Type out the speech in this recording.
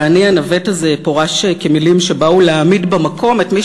ו"אני אנווט" הזה פורש כמילים שבאו להעמיד במקום את מי